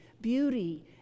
beauty